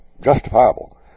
justifiable